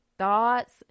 Thoughts